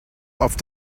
auf